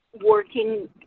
working